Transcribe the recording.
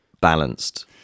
balanced